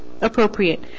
appropriate